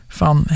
van